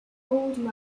old